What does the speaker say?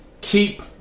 Keep